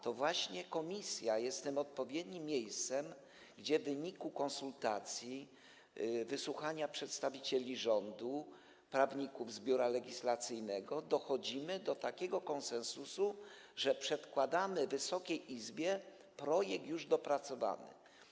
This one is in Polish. To właśnie komisja jest odpowiednim miejscem, w którym w wyniku konsultacji, wysłuchania przedstawicieli rządu, prawników z Biura Legislacyjnego dochodzimy do konsensusu, w wyniku czego przedkładamy Wysokiej Izbie projekt już dopracowany.